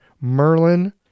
Merlin